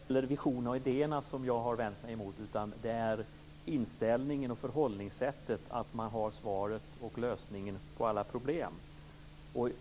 Fru talman! Det är inte heller visionerna och idéerna som jag har vänt mig emot, utan det är inställningen och förhållningssättet, att man har svaret och lösningen på alla problem.